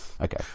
Okay